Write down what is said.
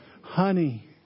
Honey